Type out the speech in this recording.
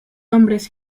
hombres